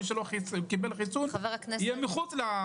ומי שלא קיבל חיסון יהיו מחוץ?